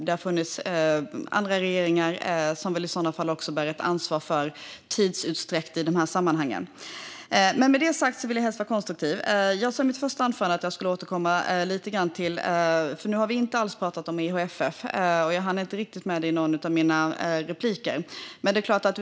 Det har funnits andra regeringar som i så fall också bär ett ansvar för tidsutdräkten i sammanhanget. Med det sagt vill jag helst vara konstruktiv. Jag sa i mitt första anförande att jag skulle återkomma lite grann till EHFF, men det har vi inte alls pratat om - jag har inte riktigt hunnit med hittills.